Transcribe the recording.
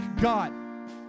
God